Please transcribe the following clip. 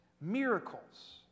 miracles